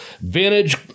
vintage